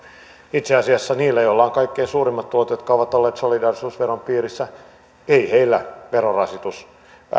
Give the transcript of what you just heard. itse asiassa niillä joilla on kaikkein suurimmat tulot jotka ovat olleet solidaarisuusveron piirissä ei verorasitus